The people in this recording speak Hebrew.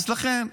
לכן,